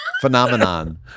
Phenomenon